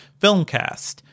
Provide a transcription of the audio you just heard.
filmcast